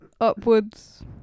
upwards